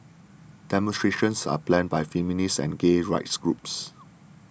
demonstrations are planned by feminist and gay rights groups